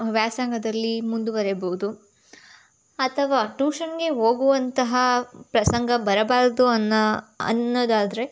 ವ್ಯಾಸಂಗದಲ್ಲಿ ಮುಂದುವರೆಯಬೌದು ಅಥವಾ ಟೂಷನ್ಗೆ ಹೋಗುವಂತಹ ಪ್ರಸಂಗ ಬರಬಾರದು ಅನ್ನೋದಾದ್ರೆ